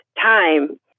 time